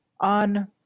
on